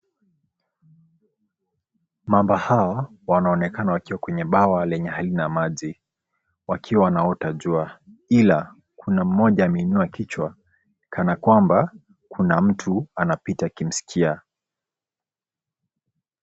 Mamba hawa wanaonekana wakiwa kwenye bawa lenye haina maji, wakiwa wanaota jua. Ila kuna mmoja ameinua kichwa kana kwamba kuna mtu anapita akimskia.